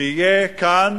שיהיו כאן